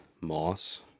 Moss